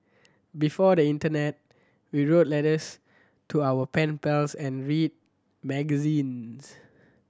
before the internet we wrote letters to our pen pals and read magazines